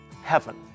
Heaven